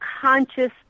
conscious